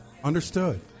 understood